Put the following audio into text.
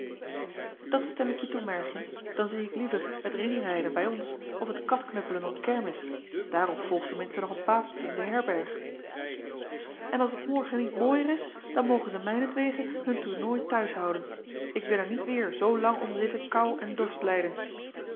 dat stem ik je toe merregjen dan zie ik liever het ringrijden bij ons of het katknuppelen op kermis daarop volgt ten minste nog een patertje in de herberg en als het morgen niet mooier is dan mogen zij mijnentwege hun tournooi thuishouden ik wil er niet weêr zoo lang om zitten koû en dorst lijden